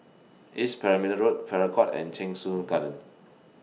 East Perimeter Road Farrer Court and Cheng Soon Garden